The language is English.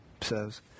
says